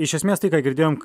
iš esmės tai ką girdėjom